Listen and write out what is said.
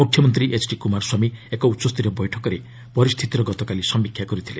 ମୁଖ୍ୟମନ୍ତ୍ରୀ ଏଚ୍ଡି କୁମାରସ୍ୱାମୀ ଏକ ଉଚ୍ଚସ୍ତରୀୟ ବୈଠକରେ ପରିସ୍ଥିତିର ଗତକାଲି ସମୀକ୍ଷା କରିଥିଲେ